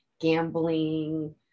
gambling